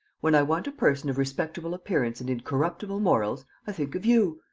when i want a person of respectable appearance and incorruptible morals, i think of you.